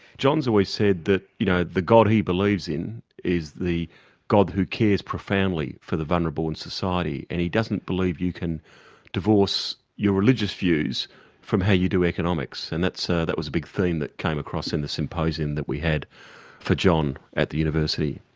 john's always said that, you know, the god he believes in, is the god who cares profoundly for the vulnerable in society. and he doesn't believe you can divorce your religious views from how you do economics. and that so that was a big theme that came across in the symposium that we had for john at the university.